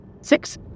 Six